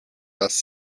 dass